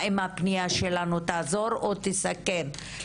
האם הפנייה שלנו תעזור או תסכן.